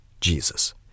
Jesus